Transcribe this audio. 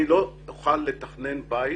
אני לא אוכל לתכנן בית